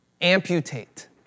Amputate